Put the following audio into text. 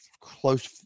close